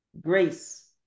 Grace